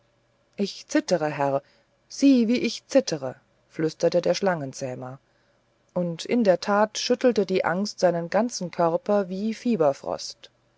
ich zittere herr sieh wie ich zittere flüsterte der schlangenzähmer und in der tat schüttelte die angst seinen ganzen körper wie fieberfrost